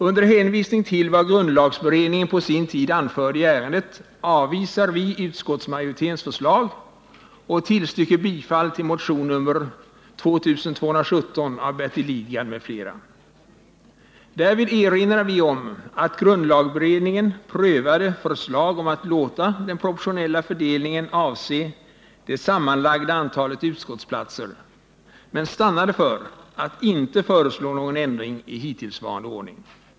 Under hänvisning till vad grundlagberedningen på sin tid anförde i ärendet avvisar vi utskottsmajoritetens förslag och tillstyrker motionen 1978/79:2217 av Bertil Lidgard m.fl. Därvid erinrar vi om att grundlagberedningen prövat förslag om att låta den proportionella fördelningen avse det sammanlagda antalet utskottsplatser men stannat för att inte föreslå någon ändring i hittillsvarande ordning.